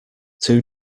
two